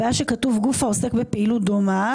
הבעיה היא שכתוב "גוף העוסק בפעילות דומה